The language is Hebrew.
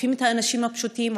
עוקפים את האנשים הפשוטים,